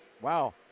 wow